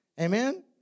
Amen